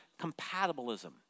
compatibilism